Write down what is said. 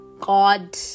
god